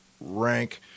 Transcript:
rank